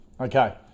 Okay